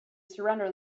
surrender